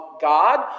God